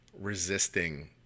resisting